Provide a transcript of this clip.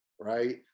right